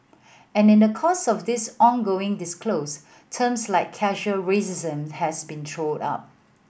and in the course of this ongoing discourse terms like casual racism have been thrown up